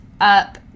up